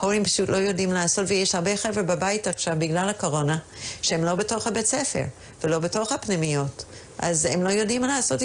וגם לדיונים הללו באמת מתוך המחויבות הזו ואני אסירת